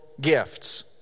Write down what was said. gifts